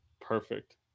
Perfect